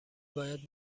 باید